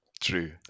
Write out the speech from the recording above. True